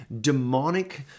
demonic